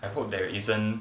I hope there isn't